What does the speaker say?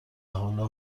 حالا